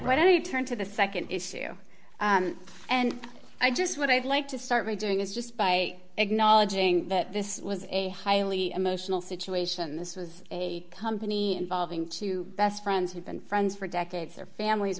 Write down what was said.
write i turned to the nd issue and i just what i'd like to start doing is just by acknowledging that this was a highly emotional situation this was a company involving two best friends who'd been friends for decades their families